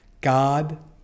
God